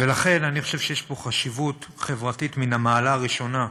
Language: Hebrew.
ולכן אני חושב שיש חשיבות חברתית מן המעלה הראשונה,